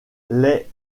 les